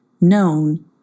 known